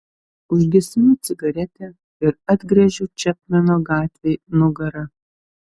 užgesinu cigaretę ir atgręžiu čepmeno gatvei nugarą